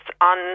on